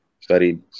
Studied